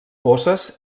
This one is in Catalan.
bosses